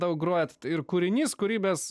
daug grojat ir kūrinys kurį mes